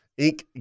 Inc